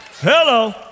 Hello